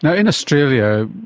and in australia,